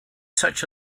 such